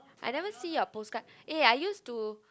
I never see your postcard eh I used to